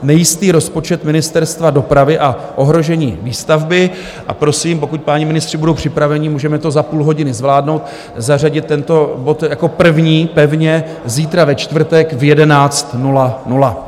Nejistý rozpočet Ministerstva dopravy a ohrožení výstavby, a prosím, pokud páni ministři budou připraveni, můžeme to za půl hodiny zvládnout, zařadit tento bod jako první, pevně zítra ve čtvrtek v 11.00.